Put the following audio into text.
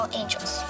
angels